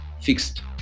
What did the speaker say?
fixed